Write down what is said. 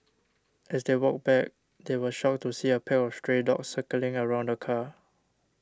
as they walked back they were shocked to see a pack of stray dogs circling around the car